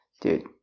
Dude